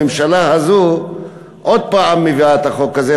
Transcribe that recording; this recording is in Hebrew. הממשלה הזו עוד הפעם מביאה את החוק הזה,